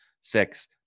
six